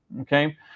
okay